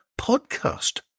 podcast